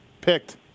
picked